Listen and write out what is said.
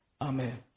Amen